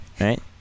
Right